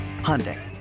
Hyundai